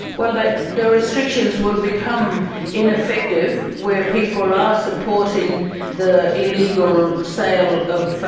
well, the the restrictions will become ineffective where people are supporting the illegal sale of,